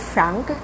Frank